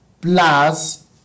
plus